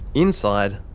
inside,